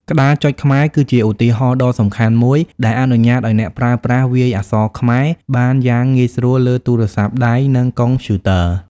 ក្តារចុចខ្មែរ គឺជាឧទាហរណ៍ដ៏សំខាន់មួយដែលអនុញ្ញាតឱ្យអ្នកប្រើប្រាស់វាយអក្សរខ្មែរបានយ៉ាងងាយស្រួលលើទូរស័ព្ទដៃ និងកុំព្យូទ័រ។